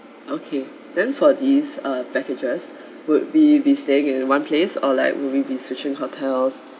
okay then for this uh packages would we be staying in one place or like would we be switching hotels